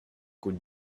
could